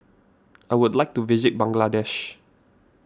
I would like to visit Bangladesh